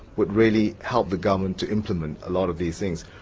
would really help the government to implement a lot of these things.